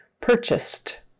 Purchased